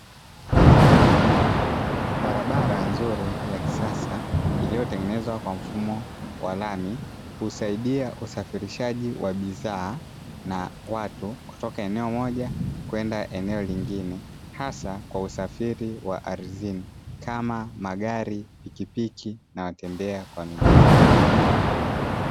Barabara nzuri ya kisasa iliyotengenezwa kwa mfumo wa lami husaidia usafirishaji wa bidhaa na watu kutoka eneo moja kwenda eneo lingine, hasa kwa usafiri wa ardhini kama magari, pikipiki, na watembea kwa miguu.